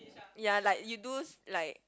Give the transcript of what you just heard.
ya like you do like